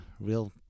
real